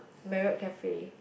Marriott cafe